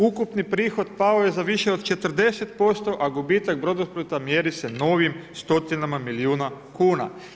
Ukupni prihod pao je za više od 40%, a gubitak Brodosplita mjeri se novim stotinama milijuna kuna.